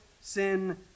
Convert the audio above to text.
sin